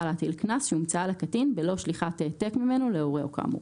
להטיל קנס שהומצאה לקטין בלא שליחת העתק ממנה להורהו כאמור.